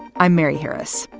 i'm mary harris.